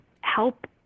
help